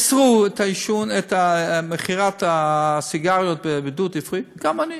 ייאסרו עישון, מכירת סיגריות בדיוטי פרי, גם אני.